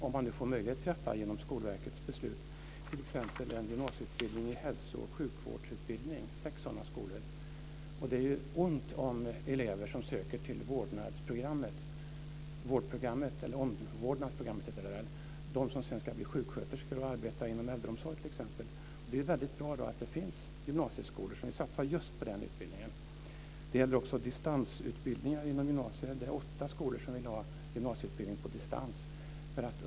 Om det blir möjligt genom Skolverkets beslut är det på gång att starta t.ex. sex skolor med gymnasieutbildning i hälso och sjukvård. Det är ont om elever som söker till omvårdnadsprogrammet, dvs. de som sedan ska bli sjuksköterskor och arbeta inom t.ex. äldreomsorg. Det är väldigt bra att det finns gymnasieskolor som vill satsa på just den utbildningen. Det gäller också distansutbildningar inom gymnasiet. Det är åtta skolor som vill ha gymnasieutbildning på distans.